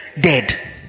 dead